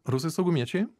rusai saugumiečiai